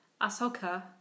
Ahsoka